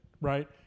right